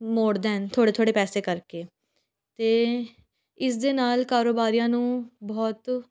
ਮੋੜ ਦੇਣ ਥੋੜ੍ਹੇ ਥੋੋੜ੍ਹੇ ਪੈਸੇ ਕਰਕੇ ਅਤੇ ਇਸਦੇ ਨਾਲ ਕਾਰੋਬਾਰੀਆਂ ਨੂੰ ਬਹੁਤ